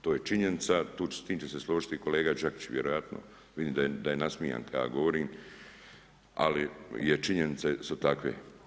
To je činjenica, s tim će se složiti i kolega Đapić nevjerojatnije, vidim da je nasmijan kad ja govorim, ali je činjenice su takve.